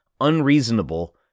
unreasonable